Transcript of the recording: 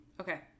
Okay